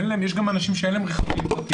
ביניהם כאלה שאין להם רכבים פרטיים,